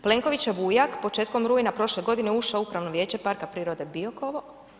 Plenkovićev ujak, početkom rujna prošle godine ušao u Upravno vijeće Parka prirode Biokovo.